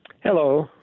Hello